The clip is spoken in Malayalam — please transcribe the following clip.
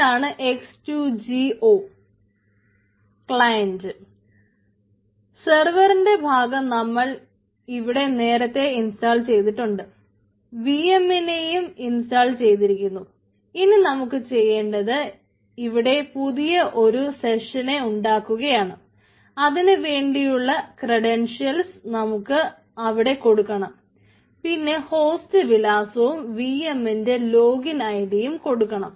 ഇതാണ് എക്സ്ടു ജി ഒ വിലാസവും വി എം ന്റെ ലോഗിൻ ഐ ഡിയും കൊടുക്കണം